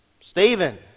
Stephen